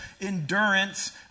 endurance